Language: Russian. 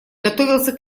готовился